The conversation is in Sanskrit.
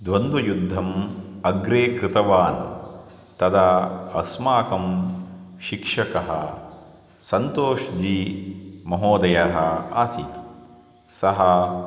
द्वन्द्वयुद्धम् अग्रे कृतवान् तदा अस्माकं शिक्षकः सन्तोषः जी महोदयः आसीत् सः